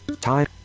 time